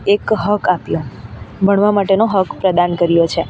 એક હક આપ્યો ભણવા માટેનો હક પ્રદાન કર્યો છે